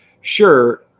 sure